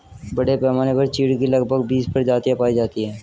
बड़े पैमाने पर चीढ की लगभग बीस प्रजातियां पाई जाती है